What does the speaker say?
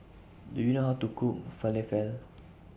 Do YOU know How to Cook Falafel